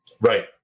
Right